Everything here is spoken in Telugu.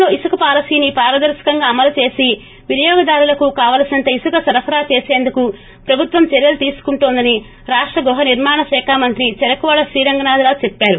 రాష్టంలో ఇసుక పాలసీని పారదర్శకంగా అమలు చేసి వినియోగదారులకు కావలసినంత ఇసుక సర్వత్రి సరఫరాచేసందుకు ప్రభుత్వం చర్యలు తీసుకుంటోందని రాష్ట్ర గృహనిర్మాణ శాఖ మంత్రి చెఱకువాడ శ్రీరంగనాధ రాజు చెప్పారు